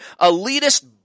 elitist